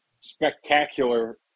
spectacular